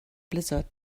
blizzard